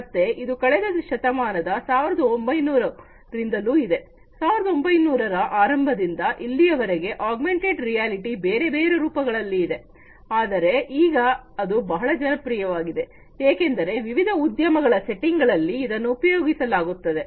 ಮತ್ತೆ ಇದು ಕಳೆದ ಶತಮಾನದ 1900ರಿಂದಲೂ ಇದೆ 1900ರ ಆರಂಭದಿಂದ ಇಲ್ಲಿಯವರೆಗೆ ಆಗ್ಮೆಂಟೆಡ್ ರಿಯಾಲಿಟಿ ಬೇರೆ ಬೇರೆ ರೂಪಗಳಲ್ಲಿ ಇದೆ ಆದರೆ ಈಗ ಅದು ಬಹಳ ಜನಪ್ರಿಯವಾಗಿದೆ ಏಕೆಂದರೆ ವಿವಿಧ ಉದ್ಯಮಗಳ ವ್ಯವಸ್ಥೆಗಳಲ್ಲಿ ಇದನ್ನು ಉಪಯೋಗಿಸಲಾಗುತ್ತದೆ